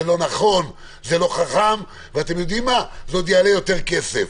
זה לא נכון, זה לא חכם, וזה יעלה יותר כסף.